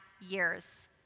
years